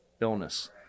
illness